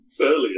earlier